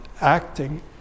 Acting